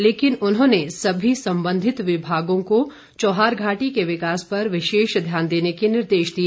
लेकिन उन्होंने सभी संबंधित विभागों को चौहारघाटी के विकास पर विशेष ध्यान देने के निर्देश दिए